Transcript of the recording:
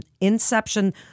inception